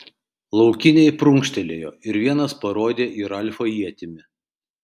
laukiniai prunkštelėjo ir vienas parodė į ralfą ietimi